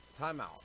Timeout